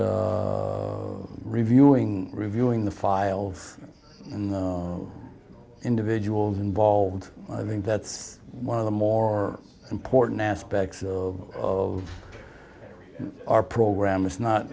reviewing reviewing the files and the individuals involved i think that's one of the more important aspects of our program is